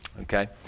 Okay